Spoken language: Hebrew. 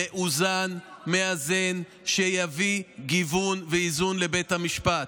מאוזן, מאזן, שיביא גיוון ואיזון לבית המשפט.